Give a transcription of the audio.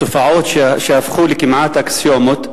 תופעות שהפכו לכמעט אקסיומות,